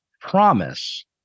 promise